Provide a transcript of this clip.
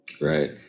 right